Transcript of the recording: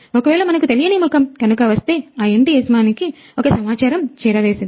ఒకవేళ మనకు తెలియని ముఖము గనుక వస్తే ఆ ఇంటి యజమానికి ఒక సమాచారం చేరవేసింది